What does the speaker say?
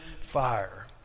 fire